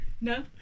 No